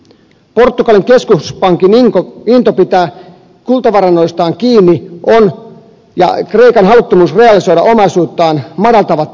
portugalin keskuspankin into pitää kultavarannoistaan kiinni ja kreikan haluttomuus realisoida omaisuuttaan madaltavat tätä luottamusta